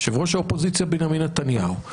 יושב ראש האופוזיציה בנימין נתניהו,